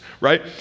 right